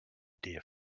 dear